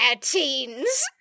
teens